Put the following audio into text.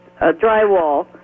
drywall